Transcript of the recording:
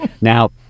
Now